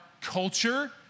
culture